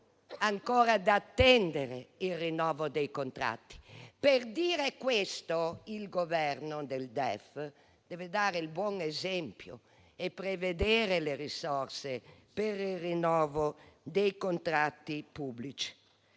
ancora attendono il rinnovo dei contratti. Per dire questo, il Governo nel DEF deve dare il buon esempio e prevedere le risorse per il rinnovo dei contratti pubblici.